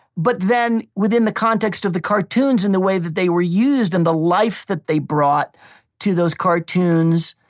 but then, within the context of the cartoons and the way that they were used and the life that they brought to those cartoons,